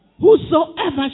Whosoever